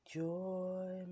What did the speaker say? joy